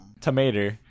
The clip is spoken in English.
Tomato